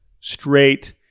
straight